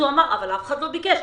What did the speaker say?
הוא אמר שאף אחד לא ביקש.